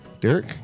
Derek